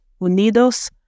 Unidos